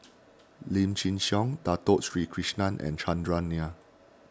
Lim Chin Siong Dato Sri Krishna and Chandran Nair